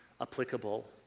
applicable